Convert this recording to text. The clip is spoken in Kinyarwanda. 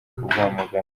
kuguhamagara